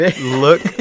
Look